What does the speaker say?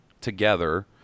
together